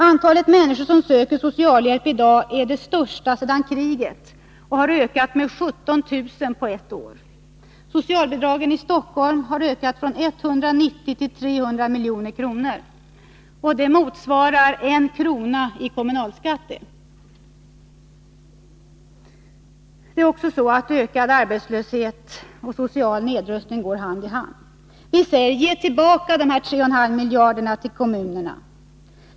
Antalet människor som söker socialhjälp i dag är det största sedan kriget och har ökat med 17 000 på ett år. Socialbidragen i Stockholm har ökat från 190 till 300 milj.kr. — det motsvarar en krona i kommunalskatt. Ökad arbetslöshet och social nedrustning går hand i hand. Ge kommu nerna tillbaka de 3,5 miljarder kronorna!